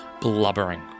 blubbering